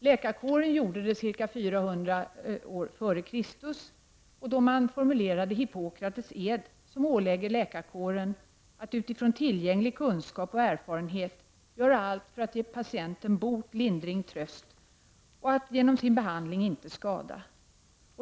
Läkarkåren gjorde det ca 400 år före Kristus, då man formulerade Hippokrates ed, som ålägger läkarkåren att utifrån tillgänglig kunskap och erfarenhet göra allt för att ge patienten bot, lindring och tröst och att genom sin behandling inte skada.